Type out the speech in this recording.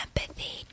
empathy